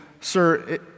Sir